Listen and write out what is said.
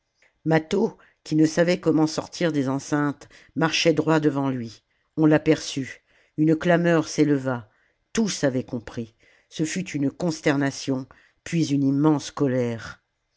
mâtho qui ne savait comment sortir des enceintes marchait droit devant lui on l'aper çut une clameur s'éleva tous avaient compris ce fut une consternation puis une immense colère